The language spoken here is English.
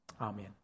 Amen